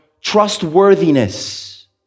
trustworthiness